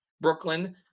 Brooklyn